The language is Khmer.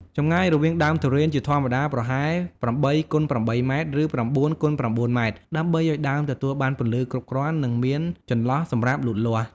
ចម្ងាយរវាងដើមទុរេន ជាធម្មតាប្រហែល ៨ x ៨ ម៉ែត្រ ឬ ៩ x ៩ ម៉ែត្រ ដើម្បីឱ្យដើមទទួលបានពន្លឺគ្រប់គ្រាន់ និងមានចន្លោះសម្រាប់លូតលាស់។